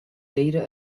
d’eira